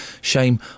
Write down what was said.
Shame